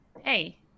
Hey